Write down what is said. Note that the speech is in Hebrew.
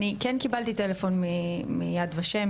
אני כן קיבלתי טלפון מיד ושם,